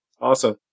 Awesome